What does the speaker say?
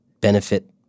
benefit